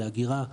לאגירה,